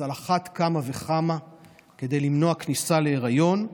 אז אחת כמה וכמה כדי למנוע כניסה להיריון.